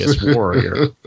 Warrior